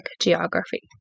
geography